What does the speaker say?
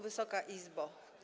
Wysoka Izbo!